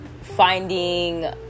finding